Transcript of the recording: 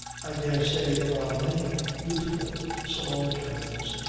i dare say there are many youthful subalterns,